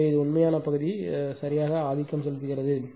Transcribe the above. எனவே உண்மையான பகுதி சரியாக ஆதிக்கம் செலுத்துகிறது